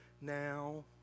now